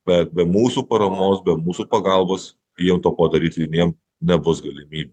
bet be mūsų paramos be mūsų pagalbos jiem to padaryt vieniem nebus galimybių